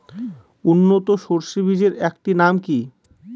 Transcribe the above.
উন্নত সরষে বীজের একটি নাম কি?